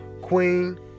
queen